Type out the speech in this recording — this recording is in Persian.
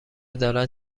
دارن